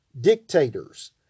dictators